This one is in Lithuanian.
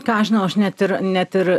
ką aš žinau aš net ir net ir